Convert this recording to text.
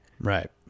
Right